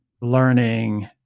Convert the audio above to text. learning